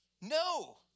No